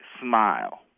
smile